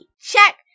check